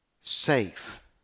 safe